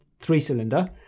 three-cylinder